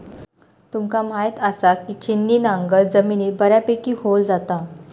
तुमका म्हायत आसा, की छिन्नी नांगर जमिनीत बऱ्यापैकी खोल जाता